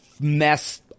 mess